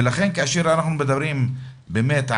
לכן כאשר מדברים על